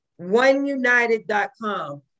Oneunited.com